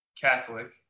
Catholic